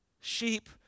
sheep